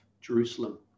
Jerusalem